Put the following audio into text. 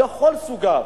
על כל סוגיו,